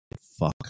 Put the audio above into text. fuck